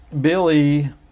billy